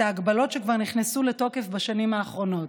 ההגבלות שכבר נכנסו לתוקף בשנים האחרונות.